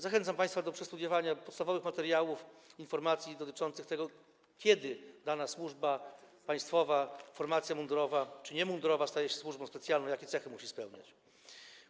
Zachęcam państwa do przestudiowania podstawowych materiałów, informacji dotyczących tego, kiedy dana służba państwowa, formacja mundurowa czy niemundurowa staje się służbą specjalną, jakie musi mieć cechy.